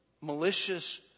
malicious